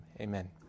amen